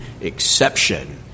exception